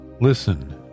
listen